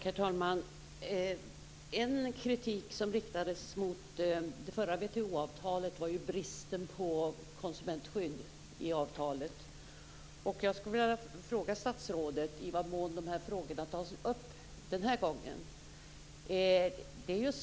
Herr talman! En kritik som riktades mot det förra WTO-avtalet gällde bristen på konsumentskydd i avtalet. Jag skulle vilja fråga statsrådet i vad mån de här frågorna tas upp den här gången.